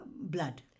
blood